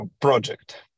project